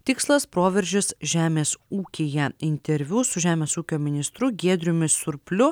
tikslas proveržis žemės ūkyje interviu su žemės ūkio ministru giedriumi surpliu